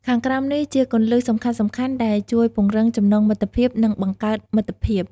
ខាងក្រោមនេះជាគន្លឹះសំខាន់ៗដែលជួយពង្រឹងចំណងមិត្តភាព និងបង្កើតមិត្តភាព៖